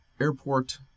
Airport